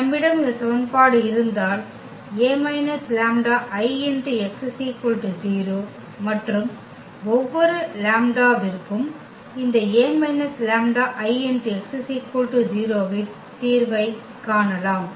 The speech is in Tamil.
நம்மிடம் இந்த சமன்பாடு இருந்தால் A − λIx 0 மற்றும் ஒவ்வொரு லாம்ப்டாவிற்கும் இந்த A − λIx 0 இன் தீர்வைக் காணலாம்